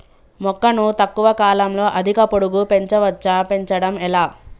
మొక్కను తక్కువ కాలంలో అధిక పొడుగు పెంచవచ్చా పెంచడం ఎలా?